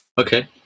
Okay